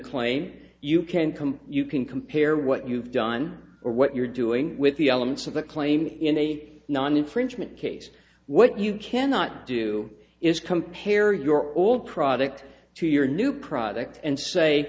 claims you can come you can compare what you've done or what you're doing with the elements of the claim in a non infringement case what you cannot do is compare your old product to your new product and say